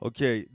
Okay